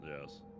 Yes